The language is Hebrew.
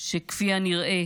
שכפי הנראה